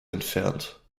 entfernt